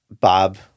Bob